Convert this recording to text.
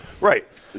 Right